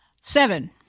Seven